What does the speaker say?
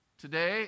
Today